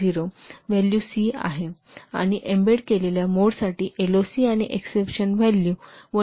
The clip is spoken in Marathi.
6 आहे आणि एम्बेड केलेल्या मोडसाठी एलओसी आणि एक्सपेंशन व्हॅल्यू 1